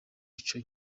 ico